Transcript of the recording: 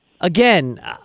again